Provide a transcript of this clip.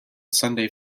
sunday